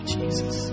Jesus